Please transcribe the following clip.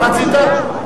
מה רצית?